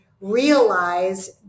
realize